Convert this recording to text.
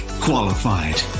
qualified